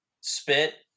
spit